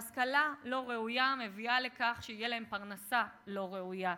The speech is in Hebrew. והשכלה לא ראויה מביאה לכך שתהיה להם פרנסה לא ראויה,